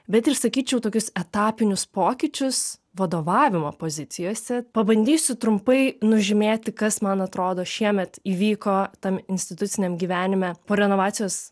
bet ir sakyčiau tokius etapinius pokyčius vadovavimo pozicijose pabandysiu trumpai nužymėti kas man atrodo šiemet įvyko tam instituciniam gyvenime po renovacijos